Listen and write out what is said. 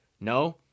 No